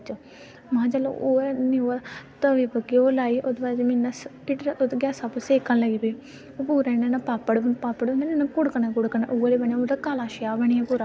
की केह् नेईं होर ओह् घर आनियै बनांदियां बी हैन लेकिन तां बी उनें जेह्ड़े उत्थें सोआद आंदा ओह् सानूं घर आनियै नेईं आंदा मिलदा